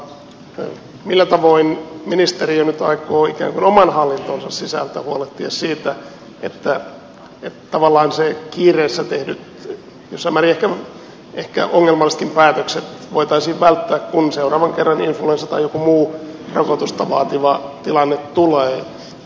mutta millä tavoin ministeriö nyt aikoo ikään kuin oman hallintonsa sisältä huolehtia siitä että tavallaan ne kiireessä tehdyt jossain määrin ehkä ongelmallisetkin päätökset voitaisiin välttää kun seuraavan kerran influenssa tai joku muu rokotusta vaativa tilanne tulee